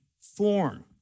form